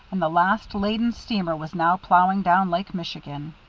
and the last laden steamer was now ploughing down lake michigan.